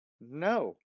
No